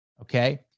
okay